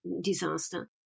disaster